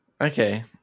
Okay